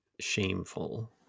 shameful